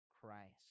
Christ